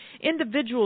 individuals